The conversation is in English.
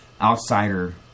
outsider